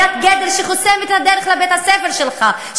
בניית גדר שחוסמת את הדרך לבית-הספר שלך,